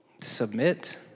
submit